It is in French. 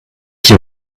qui